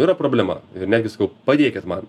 yra problema netgi sakau padėkit man